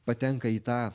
patenka į tą